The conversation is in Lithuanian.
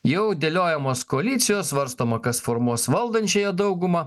jau dėliojamos koalicijos svarstoma kas formuos valdančiąją daugumą